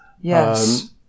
Yes